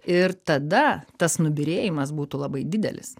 ir tada tas nubyrėjimas būtų labai didelis